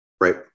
Right